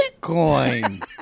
Bitcoin